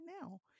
now